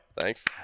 Thanks